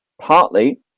Partly